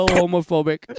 homophobic